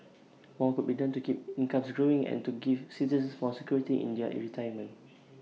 more could be done to keep incomes growing and to give citizens more security in their retirement